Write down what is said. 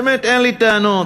באמת אין לי טענות.